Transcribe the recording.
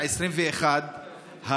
אז בכנסת העשרים-ואחת,